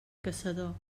caçador